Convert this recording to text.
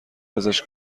ازش